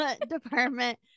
department